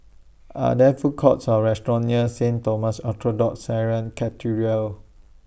Are There Food Courts Or restaurants near Saint Thomas Orthodox Syrian Cathedral